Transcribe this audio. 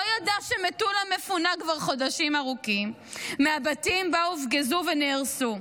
ידע שמטולה מפונה כבר חודשים ארוכים והבתים בה הופגזו ונהרסו.